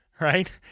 right